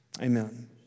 Amen